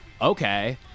okay